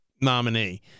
nominee